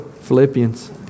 Philippians